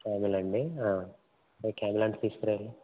camel అండి camel అంట తీసుకురారా